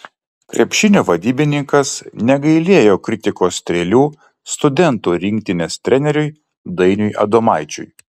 krepšinio vadybininkas negailėjo kritikos strėlių studentų rinktinės treneriui dainiui adomaičiui